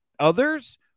others